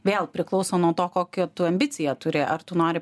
vėl priklauso nuo to kokią tu ambiciją turi ar tu nori